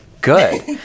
good